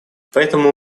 поэтому